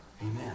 Amen